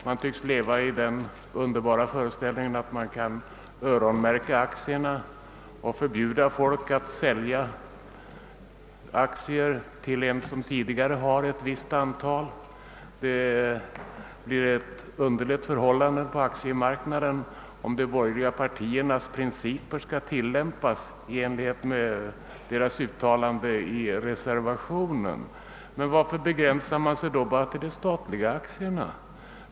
Man tycks leva i den underbara föreställningen att man kan öronmärka aktierna och förbjuda folk att sälja aktier till en som tidigare har ett visst antal. Det blir ett underligt förhållande på aktiemarknaden om de borgerliga partiernas principer skall tillämpas i enlighet med deras uttalande i reservationen. Men varför begränsar man sig då till de statliga aktierna?